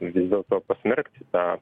vis dėlto pasmerkti tą